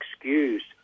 excused